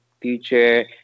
future